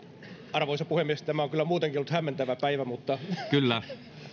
arvoisa puhemies tämä on kyllä muutenkin ollut hämmentävä päivä mutta kyllä